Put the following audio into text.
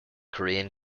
korean